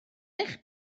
eich